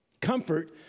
Comfort